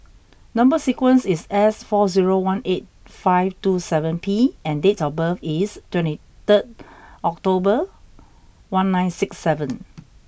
number sequence is S four zero one eight five two seven P and date of birth is twenty third October one nine six seven